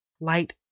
light